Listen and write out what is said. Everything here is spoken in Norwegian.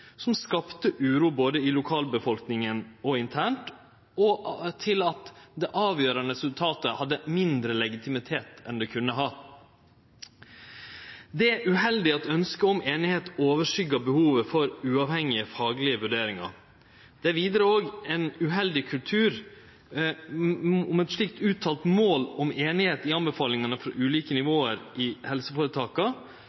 som skapte uro både i lokalbefolkninga og internt, og til at det avgjerande resultatet hadde mindre legitimitet enn det kunne hatt. Det er uheldig at ønsket om einigheit overskyggjer behovet for uavhengige, faglege vurderingar. Det er vidare ein uheldig kultur å ha eit slikt uttalt mål om einigheit i anbefalingane frå ulike nivå